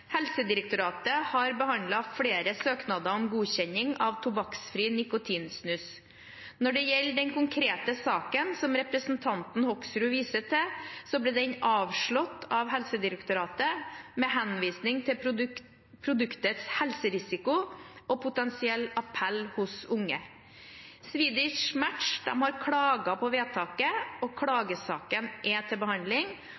Helsedirektoratet har behandlet flere søknader om godkjenning av tobakksfri nikotinsnus. Når det gjelder den konkrete saken som representanten Hoksrud viser til, ble den avslått av Helsedirektoratet med henvisning til produktets helserisiko og potensielle appell hos unge. Swedish Match har klaget på vedtaket, og